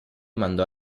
mandò